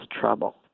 trouble